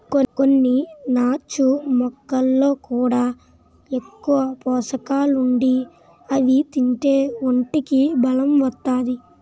కొన్ని నాచు మొక్కల్లో కూడా ఎక్కువ పోసకాలుండి అవి తింతే ఒంటికి బలం ఒత్తాది